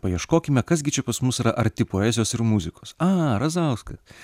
paieškokime kas gi čia pas mus yra arti poezijos ir muzikos a razauska